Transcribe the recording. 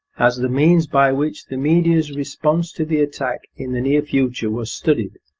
as the means by which the media's response to the attack in the near future was studied,